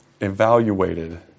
evaluated